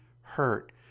hurt